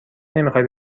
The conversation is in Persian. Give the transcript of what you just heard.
نمیخوای